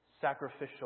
sacrificial